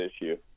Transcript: issue